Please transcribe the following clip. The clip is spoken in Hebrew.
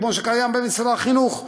כמו שקיים במשרד החינוך?